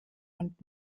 und